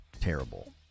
terrible